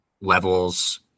levels